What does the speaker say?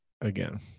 again